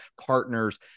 partners